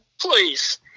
Please